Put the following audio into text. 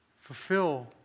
fulfill